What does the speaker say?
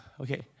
Okay